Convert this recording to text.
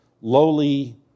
lowly